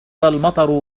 المطر